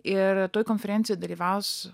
ir toj konferencijoj dalyvaus